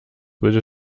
wurde